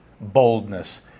boldness